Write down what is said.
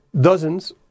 dozens